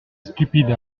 stupide